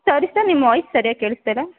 ಸಾರಿ sir ನಿಮ್ಮ voice ಸರ್ಯಾಗಿ ಕೇಳಿಸ್ತಾಯಿಲ್ಲ